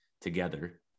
together